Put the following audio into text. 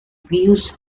views